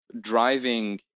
driving